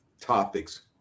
topics